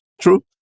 True